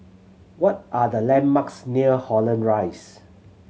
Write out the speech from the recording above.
what are the landmarks near Holland Rise